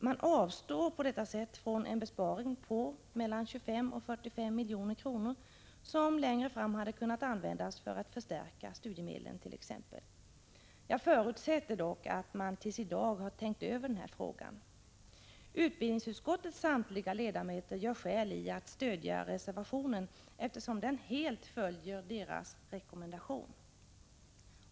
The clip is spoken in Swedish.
Man avstår på detta — 2 juni 1986 sätt från en besparing på 25 till 45 milj.kr., som längre fram hade kunnat - ö SEN ij Förändrade utbetalanvändas för att t.ex. förstärka studiemedlen. 6 S ET Era = ä E ningsrutiner för studie Jag förutsätter dock att man tills i dag tänkt över frågan. del mede Utbildningsutskottets samtliga ledamöter har skäl att stödja reservationen, eftersom den helt följer deras rekommendation.